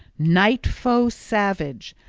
night-foe savage,